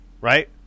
right